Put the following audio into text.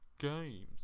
games